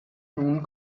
nun